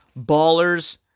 Ballers